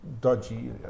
dodgy